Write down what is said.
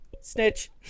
snitch